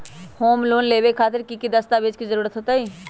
Home loan लेबे खातिर की की दस्तावेज के जरूरत होतई?